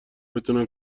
بتونن